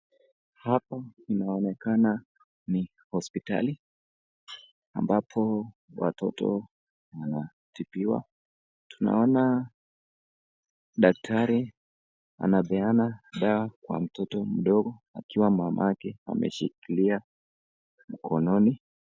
Hapo inaonekana ni hospitali ambapo watoto wanatibiwa. Naona daktari anaepeana dawa kwa mtoto mdogo akiwa mamake ameshikilia mkononi.